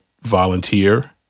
volunteer